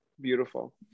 beautiful